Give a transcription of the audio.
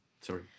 Sorry